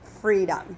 freedom